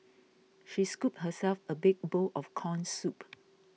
she scooped herself a big bowl of Corn Soup